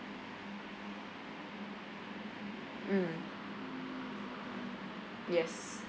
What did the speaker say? mm yes